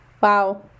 Wow